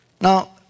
Now